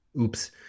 Oops